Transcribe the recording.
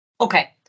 Okay